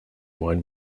wine